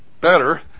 better